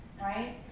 right